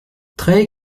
très